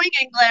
English